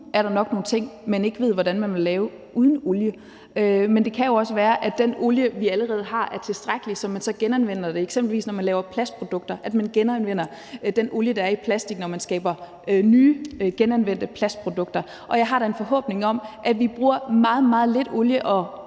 er der nok nogle ting, man ikke ved hvordan man ville lave uden olie. Men det kan jo også være, at den olie, vi allerede har, er tilstrækkelig, hvis man genanvender det, når man eksempelvis laver plastprodukter – altså genanvender den olie, der er i plastik, når man skaber nye, genanvendte plastprodukter. Jeg har da en forhåbning om, at vi bruger meget, meget lidt olie